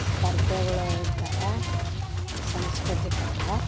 ಸ್ಪರ್ಧೆಗಳ್ ಇಡ್ತಾರೆ ಸಾಂಸ್ಕೃತಿಕದಾಗ